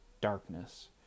Darkness